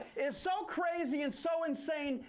is so crazy and so insane,